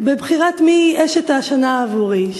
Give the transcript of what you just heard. בבחירת אשת השנה עבורי.